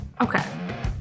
Okay